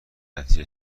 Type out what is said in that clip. نتیجه